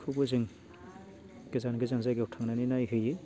बेखौबो जों गोजान गोजान जायगायाव थांनानै नायहैयो